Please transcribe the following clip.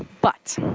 but